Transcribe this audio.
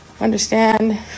Understand